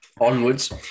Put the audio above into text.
Onwards